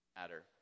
Matter